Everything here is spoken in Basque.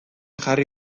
jarri